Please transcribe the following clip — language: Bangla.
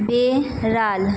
বিড়াল